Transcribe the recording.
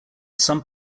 some